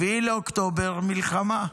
ב-7 באוקטובר מלחמה,